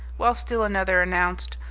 while still another announced,